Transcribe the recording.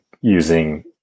using